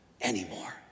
anymore